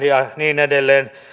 ja niin edelleen